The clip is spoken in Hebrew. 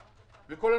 כפי שקראתם בתקשורת.